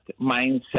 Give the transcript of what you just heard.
mindset